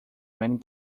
many